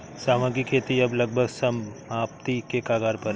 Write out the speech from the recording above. सांवा की खेती अब लगभग समाप्ति के कगार पर है